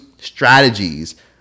strategies